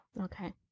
Okay